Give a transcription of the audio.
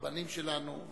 הבנים שלנו,